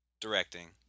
Directing